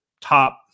top